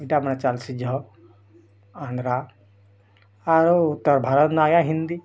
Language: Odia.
ଇଟା ନା ଚାଲିଛି ଯହ ଆନ୍ଧ୍ରା ଆରୁ ଉତ୍ତର ଭାରତ ନାଏ ହିନ୍ଦୀ